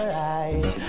right